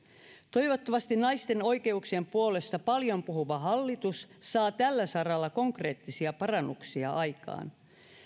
toivottavasti naisten oikeuksien puolesta paljon puhuva hallitus saa tällä saralla konkreettisia parannuksia aikaan